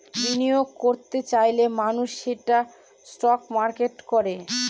বিনিয়োগ করত চাইলে মানুষ সেটা স্টক মার্কেটে করে